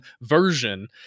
version